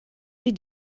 sie